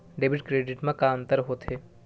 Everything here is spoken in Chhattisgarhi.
डेबिट क्रेडिट मा का अंतर होत हे?